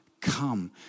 come